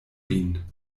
vin